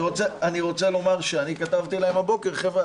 אני רוצה לומר שאני כתבתי להם הבוקר: חבר'ה,